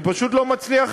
שאני פשוט לא מצליח